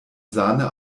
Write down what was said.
sahne